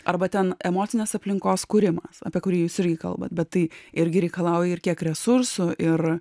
arba ten emocinės aplinkos kūrimas apie kurį jūs kalbat bet tai irgi reikalauja ir kiek resursų ir